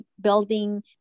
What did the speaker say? building